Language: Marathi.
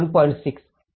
6 ते जवळपास 6